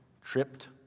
tripped